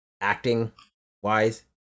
acting-wise